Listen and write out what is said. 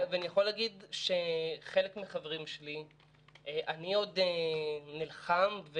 אני יכול להגיד שאני עוד נלחם,